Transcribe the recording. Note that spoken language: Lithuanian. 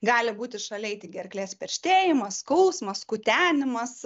gali būti šalia eiti gerklės perštėjimas skausmas kutenimas